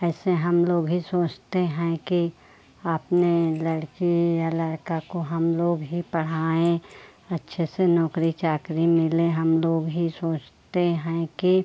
ऐसे हम लोग भी सोचते हैं कि अपने लड़की या लड़का को हम लोग भी पढ़ाएं अच्छे से नौकरी चाकरी मिले हम लोग भी सोचते हैं कि